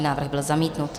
Návrh byl zamítnut.